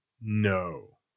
No